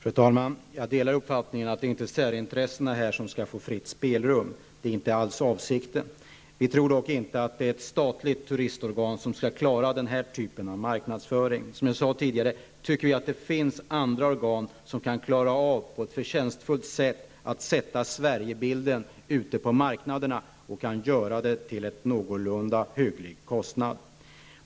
Fru talman! Jag delar uppfattningen att särintressena inte skall få fritt spelrum. Detta är inte alls avsikten. Vi tror dock inte att det är ett statligt turistorgan som skall klara den här typen av marknadsföring. Som jag sade tidigare tycker vi att det finns andra organ som på ett förtjänstfullt sätt kan klara att föra ut Sverigebilden på marknaderna och detta till en någorlunda hygglig kostnad.